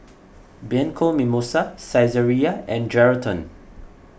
Bianco Mimosa Saizeriya and Geraldton